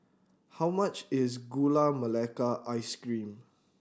how much is Gula Melaka Ice Cream